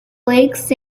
flakes